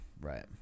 right